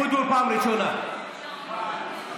(תיקון,